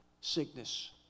Sickness